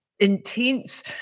intense